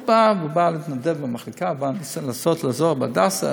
הוא בא להתנדב במחלקה, בא לנסות לעזור בהדסה